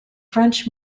french